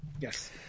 Yes